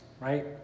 Right